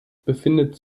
befindet